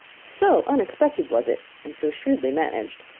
so unexpected was it, and so shrewdly managed,